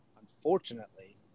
unfortunately